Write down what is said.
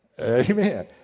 Amen